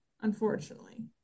unfortunately